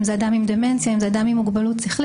אם זה אדם עם דמנציה, אם זה אדם עם מוגבלות שכלית.